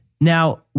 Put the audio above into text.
Now